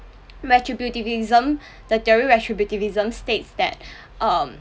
retributivism the theory retrubutivism states that um